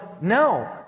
no